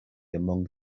among